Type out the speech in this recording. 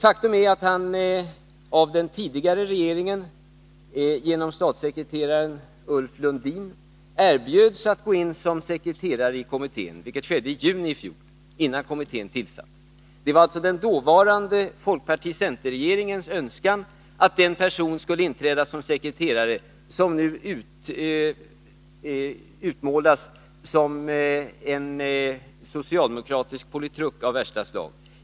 Faktum är att han av den tidigare regeringen genom statssekreteraren Ulf Lundin erbjöds att gå in som sekreterare i kommittén. Detta skedde i juni i fjol, innan kommittén tillsattes. Det var alltså den dåvarande folkparti-center-regeringens önskan att den person skulle tillträda som sekreterare som nu utmålas som en socialdemokratisk politruk av värsta slag.